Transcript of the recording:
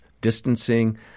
distancing